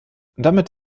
damit